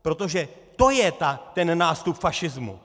Protože to je ten nástup fašismu!